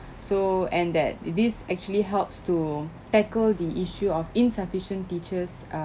so and that this actually helps to tackle the issue of insufficient teachers